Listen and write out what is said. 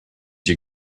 you